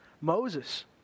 Moses